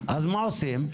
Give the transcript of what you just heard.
אז מה עושים?